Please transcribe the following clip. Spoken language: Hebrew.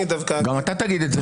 גם אתה תגיד את זה.